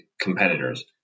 competitors